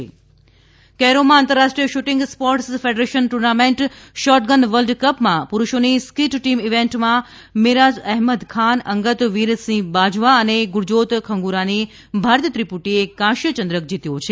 SF shooting કૈરોમાં આંતરરાષ્ટ્રીય shooting sport federation tournament ISSF shotgun world કપમાં પુરૂષોની સ્કીટ ટીમ ઇવેન્ટમાં મેરાજ અહેમદ ખાન અંગદ વિર સિંહ બાજવા અને ગુર્જોત ખંગુરાની ભારતીય ત્રિપુટીએ કાંસ્ય મેડલ જીત્યો છે